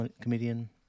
comedian